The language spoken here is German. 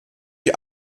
die